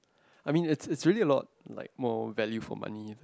I mean it's it's really a lot like more value for money